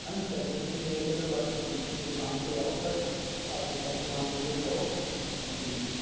ਹਾਂਜੀ sir books ਵੀ ਅਵੇਲੇਵਲ ਬਾਕੀ ਤੁਸੀਂ ਦੁਕਾਨ 'ਤੇ ਆਓ ਸਰ ਆ ਕੇ ਸਾਡੀ ਦੁਕਾਨ 'ਤੇ ਵਿਜਿਟ ਕਰੋ ਹਾਂਜੀ ਹਾਂਜੀ